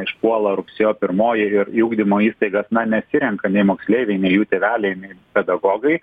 išpuola rugsėjo pirmoji ir į ugdymo įstaigas na nesirenka nei moksleiviai nei jų tėveliai nei pedagogai